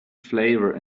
flavor